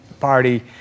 party